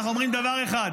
אנחנו אומרים דבר אחד,